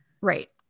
Right